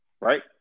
Right